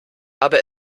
habe